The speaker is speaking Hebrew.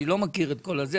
אני לא מכיר את כל זה,